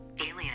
Alien